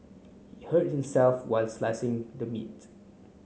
he hurt himself while slicing the meat